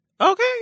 Okay